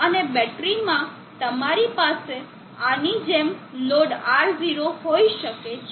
અને બેટરીમાં તમારી પાસે આની જેમ લોડ R0 હોઈ શકે છે